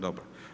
Dobro.